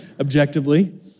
objectively